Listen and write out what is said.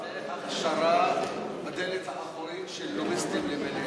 זו הכשרה בדלת האחורית של לוביסטים למיניהם.